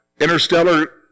interstellar